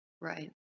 Right